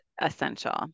essential